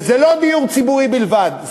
וזה לא דיור ציבורי בלבד,